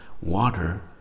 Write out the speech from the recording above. water